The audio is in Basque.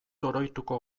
oroituko